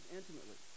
intimately